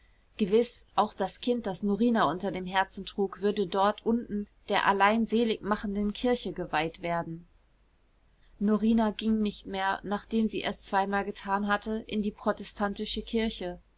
gewiß auch das kind das norina unter dem herzen trug würde dort unten der allein seligmachenden kirche geweiht werden norina ging nicht mehr nachdem sie es zweimal getan hatte in die protestantische kirche